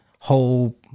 whole